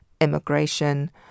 immigration